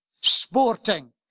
sporting